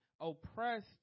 oppressed